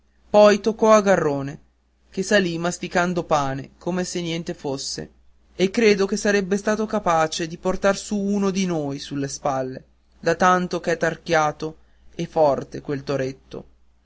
poi toccò a garrone che salì masticando pane come se niente fosse e credo che sarebbe stato capace di portar su un di noi sulle spalle da tanto ch'è tarchiato e forte quel toretto